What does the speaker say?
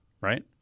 Right